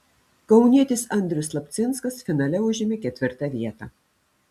kaunietis andrius slapcinskas finale užėmė ketvirtą vietą